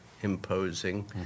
imposing